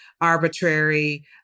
arbitrary